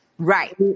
Right